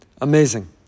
Amazing